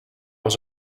was